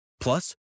Plus